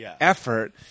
effort